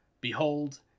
Behold